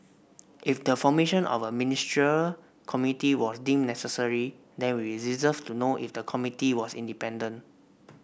if the formation of a Ministerial Committee was deemed necessary then we deserve to know if the committee was independent